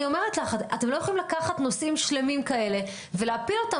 אני אומרת לך: אתם לא יכולים לקחת נושאים שלמים כאלה ולהפיל אותם